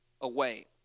away